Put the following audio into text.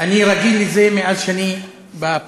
אני רגיל לזה מאז שאני בפוליטיקה,